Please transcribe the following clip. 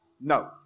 No